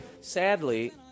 Sadly